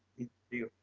it is